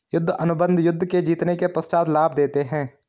युद्ध अनुबंध युद्ध के जीतने के पश्चात लाभ देते हैं